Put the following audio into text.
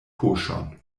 poŝon